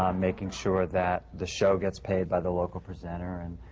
um making sure that the show gets paid by the local presenter and,